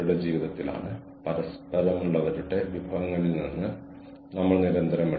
കോഴ്സുകളുടെ ഒരു പരമ്പരയുടെ വികസനമാണ് ടീമിന്റെ ഫലം